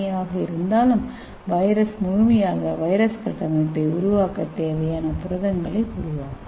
ஏ ஆக இருந்தாலும் வைரஸ் முழுமையான வைரஸ் கட்டமைப்பை உருவாக்க தேவையான புரதங்களை உருவாக்கும்